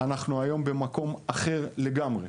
היום אנחנו במקום אחר לגמרי.